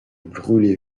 brûlé